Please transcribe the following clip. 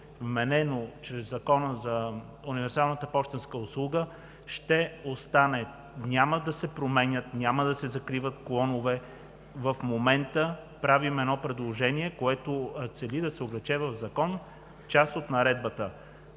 вменено чрез Закона за универсалната пощенска услуга, ще остане. Няма да се променят, няма да се закриват клонове. В момента правим едно предложение, което цели да се облече в закон част от наредбата.